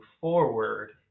forward